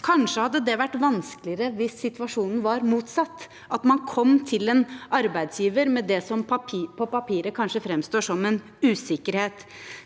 Kanskje hadde det vært vanskeligere hvis situasjonen var motsatt, at man kom til en arbeidsgiver med det som på papiret kanskje framstår som en usikkerhet.